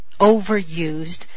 overused